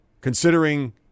considering